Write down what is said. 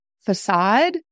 facade